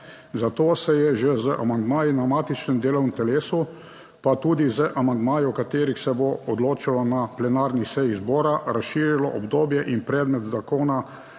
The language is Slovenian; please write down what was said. Zato se je že z amandmaji na matičnem delovnem telesu, pa tudi z amandmaji, o katerih se bo odločalo na plenarni seji zbora, razširilo obdobje in predmet zakona